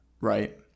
right